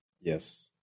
yes